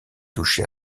touché